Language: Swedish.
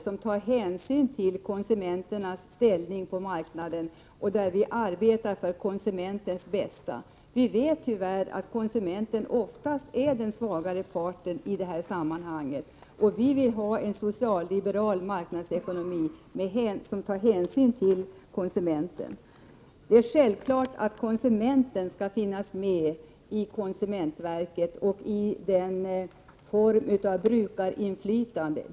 Hänsyn tas till konsumenternas ställning på marknaden. Vi arbetar alltså för konsumentens bästa. Tyvärr är det ju ofta så, att det är konsumenten som är den svagare parten i detta sammanhang. Vi vill därför ha en socialliberal marknadsekonomi där hänsyn tas till konsumenten. Självfallet skall konsumenten vara representerad i fråga om konsument verket och den form av brukarinflytande som det här rör sig om.